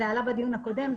זה עלה בדיון הקודם.